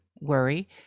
worry